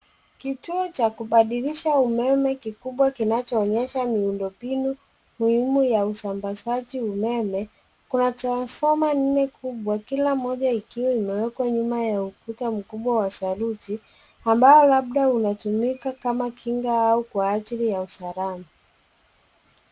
Kituo cha kubadilisha umeme kikubwa kinachoonyesha miundombinu muhimu ya usambazaji umeme. Kuna transfoma nne kubwa, kila mmoja ikiwa imewekwa nyuma ya ukuta mkubwa wa saruji ambao labda unatumika kama kinga au kwa ajili ya usalama.